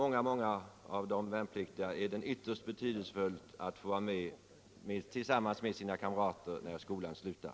För många av de värnpliktiga är det ytterst betydelsefullt att få vara tillsammans med sina kamrater den dag skolan slutar.